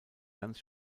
ganz